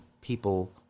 people